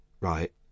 right